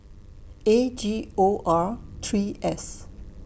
A G O R three S